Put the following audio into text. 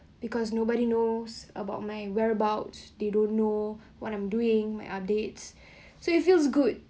because nobody knows about my whereabouts they don't know what I'm doing my updates so it feels good